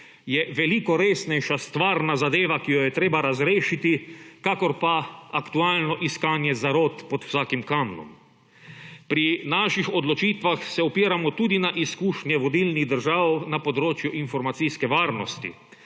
je veliko resnejša stvarna zadeva, ki jo je treba razrešiti, kakor pa aktualno iskanje zarot pod vsakim kamnom. Pri naših odločitvah se opiramo tudi na izkušnje vodilnih držav na področju informacijske varnosti,